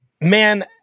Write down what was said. Man